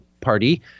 Party